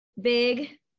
big